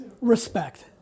Respect